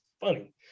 funny